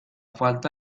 falta